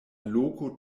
loko